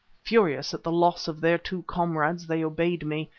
furious at the loss of their two comrades, they obeyed me,